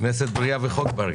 כנסת בריאה וחוק בריא.